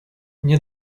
nie